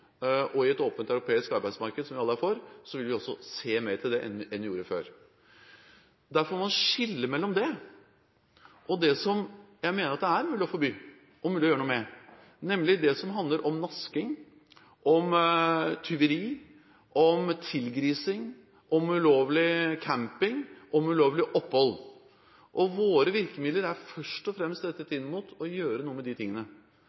og vondt. I et åpent europeisk arbeidsmarked, som vi alle er for, vil vi også se mer til det enn vi gjorde før. Derfor må man skille mellom det og det som jeg mener det er mulig å forby og mulig å gjøre noe med, nemlig det som handler om nasking, om tyveri, om tilgrising, om ulovlig camping og ulovlig opphold. Våre virkemidler er først og fremst rettet inn mot å gjøre noe med disse tingene.